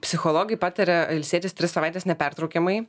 psichologai pataria ilsėtis tris savaites nepertraukiamai